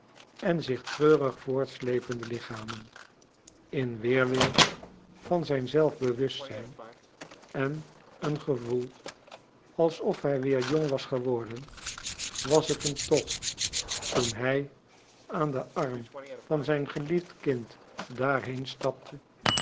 en zich treurig voortsleepende lichamen in weerwil van zijn zelfbewustzijn en een gevoel alsof hij weer jong was geworden was het hem toch toen hij aan den arm van zijn geliefd kind daarheen stapte